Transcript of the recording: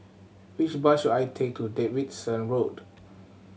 which bus should I take to Davidson Road